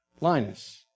Linus